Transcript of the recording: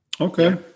Okay